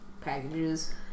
Packages